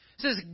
says